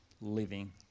living